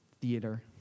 theater